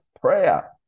prayer